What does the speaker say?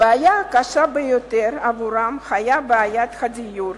הבעיה הקשה ביותר עבורם היתה בעיית הדיור.